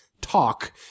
talk